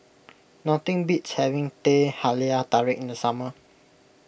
nothing beats having Teh Halia Tarik in the summer